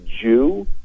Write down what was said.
Jew